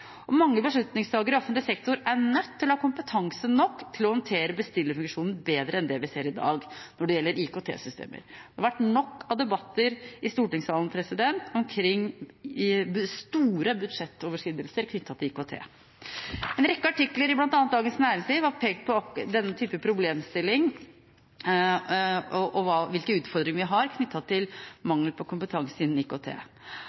Mange beslutningstakere i offentlig sektor er nødt til å ha kompetanse nok til å håndtere bestillerfunksjonen bedre enn det vi ser i dag når det gjelder IKT-systemer. Det har vært nok av debatter i stortingssalen om store budsjettoverskridelser knyttet til IKT. En rekke artikler, bl.a. i Dagens Næringsliv, har pekt på denne typen problemstilling og hvilke utfordringer vi har knyttet til mangel på kompetanse innen IKT.